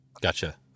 Gotcha